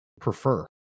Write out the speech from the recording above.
prefer